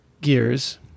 gears